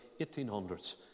1800s